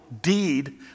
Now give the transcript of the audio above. deed